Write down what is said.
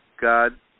God